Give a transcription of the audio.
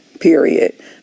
period